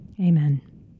Amen